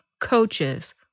coaches